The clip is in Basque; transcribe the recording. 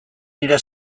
nire